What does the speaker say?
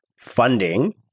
funding